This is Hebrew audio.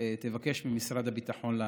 תבקש ממשרד הביטחון לענות.